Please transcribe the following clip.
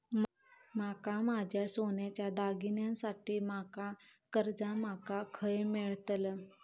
माका माझ्या सोन्याच्या दागिन्यांसाठी माका कर्जा माका खय मेळतल?